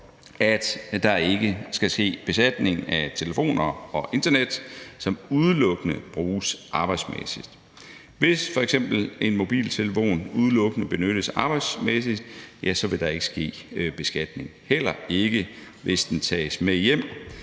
at der ikke skal ske beskatning af telefon og internet, som udelukkende bruges arbejdsmæssigt. Hvis f.eks. en mobiltelefon udelukkende benyttes arbejdsmæssigt, vil der ikke ske beskatning – heller ikke hvis den tages med hjem,